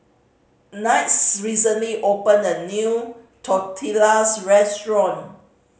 Kinte's recently opened a new Tortillas Restaurant